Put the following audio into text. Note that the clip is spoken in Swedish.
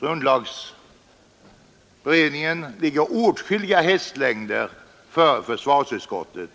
Grundlagberedningen ligger åtskilliga hästlängder före försvarsutskottet